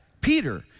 Peter